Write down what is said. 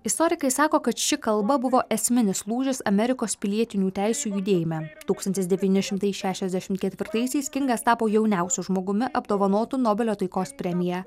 istorikai sako kad ši kalba buvo esminis lūžis amerikos pilietinių teisių judėjime tūkstantis devyni šimtai šešiasdešimt kevirtaisiais kingas tapo jauniausiu žmogumi apdovanotu nobelio taikos premija